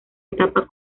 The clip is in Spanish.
etapa